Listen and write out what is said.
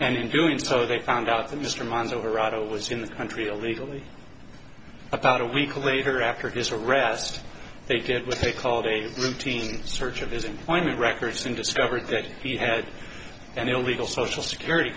and in doing so they found out that mr mansell geraldo was in the country illegally about a week later after his arrest they did what they called a routine search of his employment records and discovered that he had an illegal social security